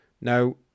now